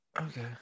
Okay